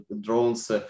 drones